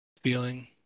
feeling